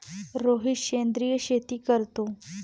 रोहित सेंद्रिय शेती करतो